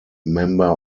member